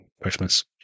Christmas